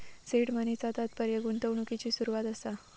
seed मनीचा तात्पर्य गुंतवणुकिची सुरवात असा